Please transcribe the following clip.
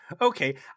okay